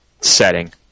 setting